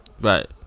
Right